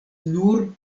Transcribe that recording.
nur